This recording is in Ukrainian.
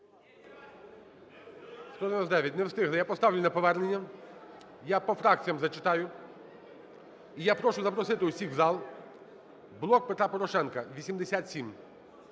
За-199 Не встигли. Я поставлю на повернення. Я по фракціям зачитаю. І я прошу запросити всіх в зал. "Блок Петра Порошенка" –